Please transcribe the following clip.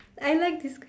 I like this ques